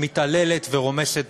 שמתעללת ורומסת